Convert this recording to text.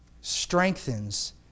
strengthens